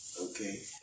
okay